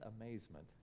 amazement